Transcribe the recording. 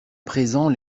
présent